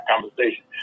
conversation